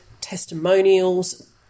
testimonials